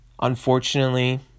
unfortunately